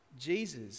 Jesus